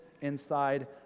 inside